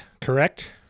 correct